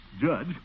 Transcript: Judge